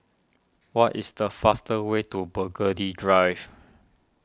what is the fast way to Burgundy Drive